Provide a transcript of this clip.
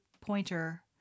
pointer